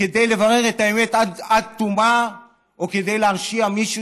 כדי לברר את האמת עד תומה או כדי להרשיע מישהו